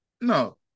no